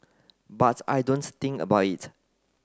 but I don't think about it